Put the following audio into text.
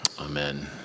amen